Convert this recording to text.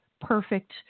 perfect